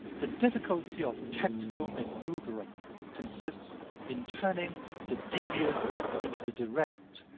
the difficulty of tactical maneuvering consists in turning the devious into the direct,